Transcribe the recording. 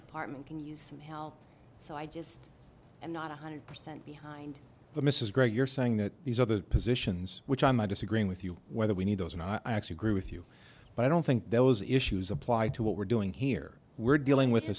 department can use help so i just am not one hundred percent behind the mrs gregg you're saying that these other positions which i'm not disagreeing with you whether we need those and i actually agree with you but i don't think those issues apply to what we're doing here we're dealing with a